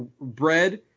bread